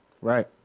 Right